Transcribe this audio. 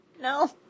No